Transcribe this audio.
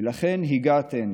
ולכן הגעת הנה,